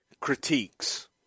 critiques